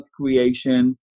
creation